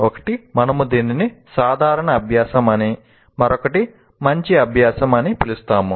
ఒకటి మనము దీనిని 'సాధారణ అభ్యాసం' అని మరొకటి 'మంచి అభ్యాసం' అని పిలుస్తాము